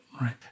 right